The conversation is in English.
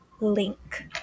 link